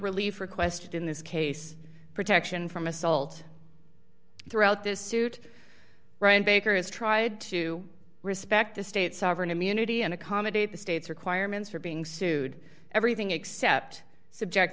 relief requested in this case protection from assault throughout this suit brian baker has tried to respect the state sovereign immunity and accommodate the state's requirements for being sued everything except